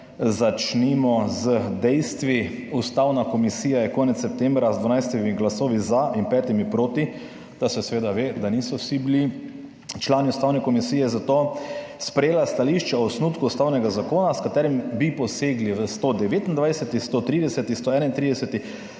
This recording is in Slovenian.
začnimo z dejstvi. Ustavna komisija je konec septembra z 12 glasovi za in petimi proti, da se seveda ve, da niso bili vsi člani Ustavne komisije za to, sprejela stališče o osnutku ustavnega zakona, s katerim bi posegli v 129., 130., 131.,